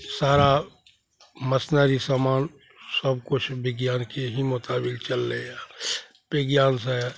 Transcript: सारा machinery सामान सबकिछु विज्ञानके ही मोताबिक चललै यऽ विज्ञानसे